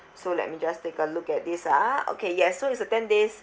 so let me just take a look at this ah okay yes so it's a ten days